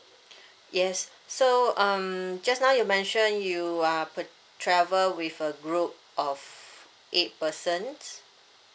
yes so um just now you mention you are pur~ travel with a group of eight persons